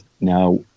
now